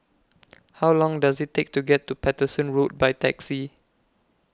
How Long Does IT Take to get to Paterson Road By Taxi